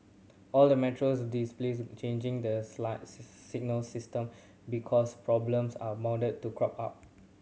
all the metros displace changing the signalling system because problems are bound to crop up